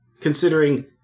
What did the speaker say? considering